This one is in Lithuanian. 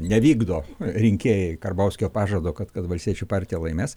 nevykdo rinkėjai karbauskio pažado kad kad valstiečių partija laimės